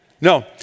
No